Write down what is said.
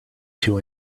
two